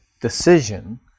decision